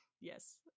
Yes